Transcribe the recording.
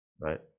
Right